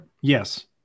yes